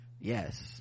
yes